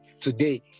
today